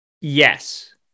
Yes